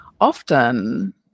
often